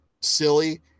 silly